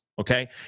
okay